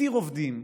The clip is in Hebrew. עתיר עובדים,